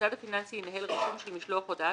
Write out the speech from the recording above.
המוסד הפיננסי ינהל רישום של משלוח ההודעה